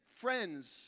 friends